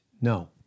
No